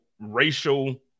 racial